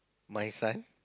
my son